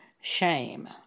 shame